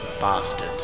bastard